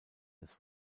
des